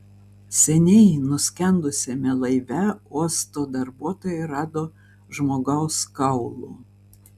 seniai nuskendusiame laive uosto darbuotojai rado žmogaus kaulų